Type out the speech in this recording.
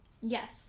Yes